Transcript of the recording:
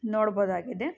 ನೋಡ್ಬೋದಾಗಿದೆ